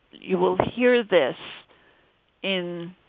you will hear this in.